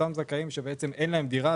אותם זכאים שאין להם דירה,